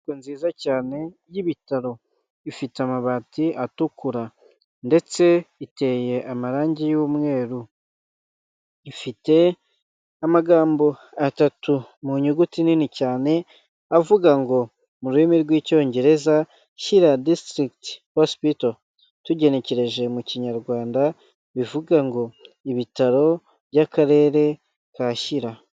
Inyubako nziza cyane y'ibitaro. Ifite amabati atukura ndetse iteye amarangi y'umweru ifite amagambo atatu mu nyuguti nini cyane, avuga ngo mu rurimi rw'Icyongereza "Shyira District Hospital" tugenekereje mu Kinyarwanda bivuga ngo ibitaro by'Akarere ka Shyira.